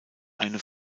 eine